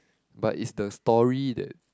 but it's the story that